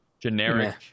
generic